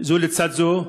זו לצד זו,